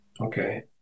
Okay